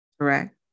correct